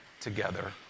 Together